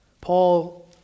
Paul